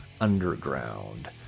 underground